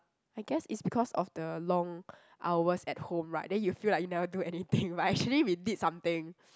I guess it's because of the long hours at home right then you feel like you never do anything but actually we did something